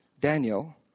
Daniel